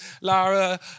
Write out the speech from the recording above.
Lara